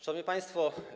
Szanowni Państwo!